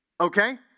okay